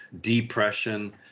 depression